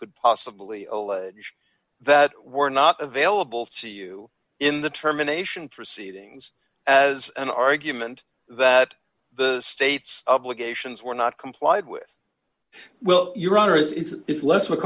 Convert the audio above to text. could possibly allege that were not available to you in the termination proceedings as an argument that the state's obligations were not complied with well your honor it's less